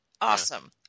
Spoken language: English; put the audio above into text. awesome